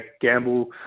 Gamble